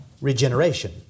regeneration